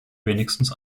wenigstens